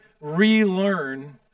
relearn